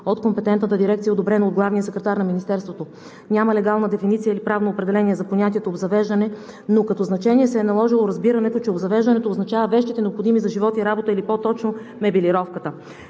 от компетентната дирекция, одобрено от главния секретар на Министерството. Няма легална дефиниция или правно определяне за понятието „обзавеждане“, но като значение се е наложило разбирането, че „обзавеждане“ означава вещите, необходими за живот и работа и по-точно – мебелировката.